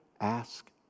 ask